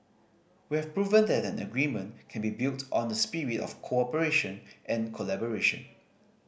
we have proven that an agreement can be built on a spirit of cooperation and collaboration